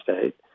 State